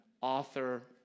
author